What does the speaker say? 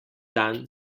dan